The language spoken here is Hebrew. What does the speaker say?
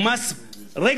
הוא מס רגרסיבי,